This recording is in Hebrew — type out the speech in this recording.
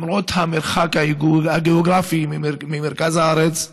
למרות המרחק הגיאוגרפי ממרכז הארץ,